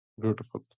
Beautiful